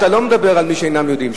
אתה לא מדבר על מי שאינם יהודים.